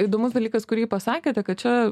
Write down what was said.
įdomus dalykas kurį pasakėte kad čia